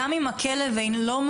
גם אם הכלב לא מעוקר,